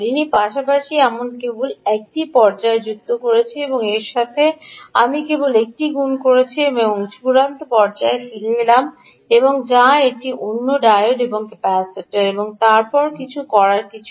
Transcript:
পাশাপাশি আমি কেবল একটি পর্যায় যুক্ত করেছি এবং এর সাথে আমি কেবল একটি গুণ করেছি এবং আমি চূড়ান্ত পর্যায়ে ফিরে এলাম যা এটি অন্য ডায়োড এবং এই ক্যাপাসিটর এবং তারপর এটি করার কিছুই নেই